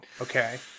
okay